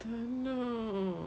tak nak